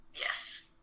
Yes